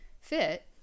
fit